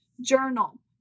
Journal